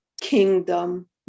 kingdom